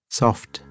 soft